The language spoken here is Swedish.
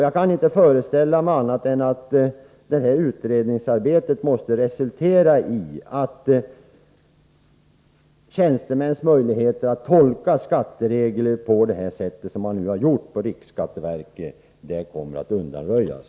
Jag kan inte föreställa mig annat än att utredningens arbete måste resultera iatt tjänstemäns möjligheter att tolka skattereglerna på det sätt som nu skett på riksskatteverket kommer att undanröjas.